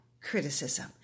criticism